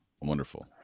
wonderful